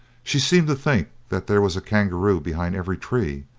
she seemed to think that there was a kangaroo behind every tree,